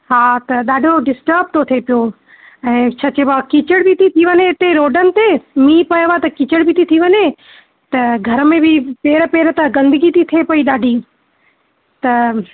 हा त ॾाढो डिस्टब थो थिए पियो ऐं छा चइबो आहे कीचड़ बि थी थी वञे हिते रोडनि ते मींहुं पियो आहे त कीचड़ बि थी थी वञे त घर में बि पेर पेर था गंदगी बि थिए पेई ॾाढी